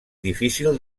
difícil